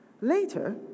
Later